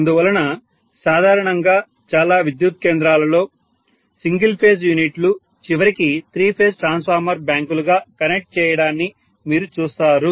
అందువలన సాధారణంగా చాలా విద్యుత్ కేంద్రాలలో సింగిల్ ఫేజ్ యూనిట్లు చివరికి త్రీ ఫేజ్ ట్రాన్స్ఫార్మర్ బ్యాంకులుగా కనెక్ట్ చేయబడడాన్ని మీరు చూస్తారు